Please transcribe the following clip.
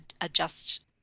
adjust